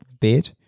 bed